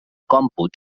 còmput